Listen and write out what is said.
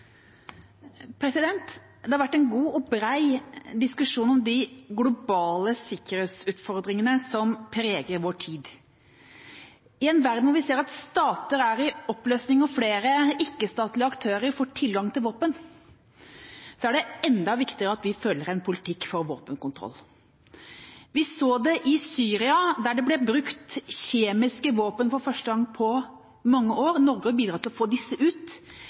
Det har vært en god og bred diskusjon om de globale sikkerhetsutfordringene som preger vår tid. I en verden hvor vi ser at stater er i oppløsning og flere ikke-statlige aktører får tilgang til våpen, er det enda viktigere at vi fører en politikk for våpenkontroll. Vi så det i Syria, der det ble brukt kjemiske våpen for første gang på mange år. Norge har bidratt til å få disse ut.